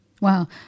Wow